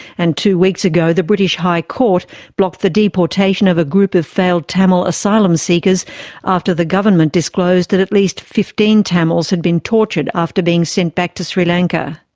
and two weeks ago the british high court blocked the deportation of a group of failed tamil asylum-seekers after the government disclosed that at least fifteen tamils had been tortured after being sent back to sri lanka.